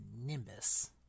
Nimbus